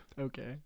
okay